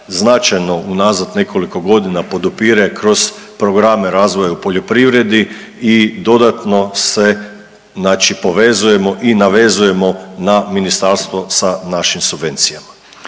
značajno unazad nekoliko godina podupire kroz programe razvoja u poljoprivredi i dodatno se znači povezujemo i navezujemo na ministarstvo sa našim subvencijama.